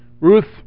Ruth